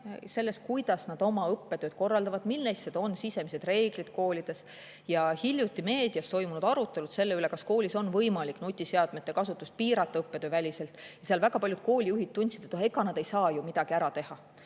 selles, kuidas nad oma õppetööd korraldavad ja millised on sisemised reeglid koolides. Hiljuti meedias toimusid arutelud selle üle, kas koolis on võimalik nutiseadmete kasutust piirata õppetööväliselt. Seal väga paljud koolijuhid tundsid, et ega nad ei saa ju midagi ära teha.